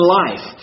life